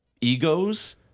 egos